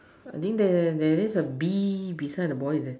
I think there there's a bee beside the boy leh